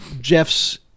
Jeff's